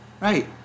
Right